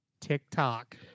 TikTok